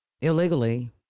Illegally